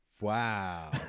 wow